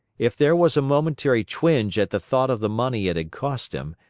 if there was a momentary twinge at the thought of the money it had cost him,